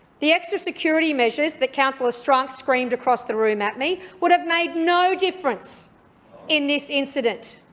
the extra security measures that councillor strunk screamed across the room at me would have made no difference in this incident.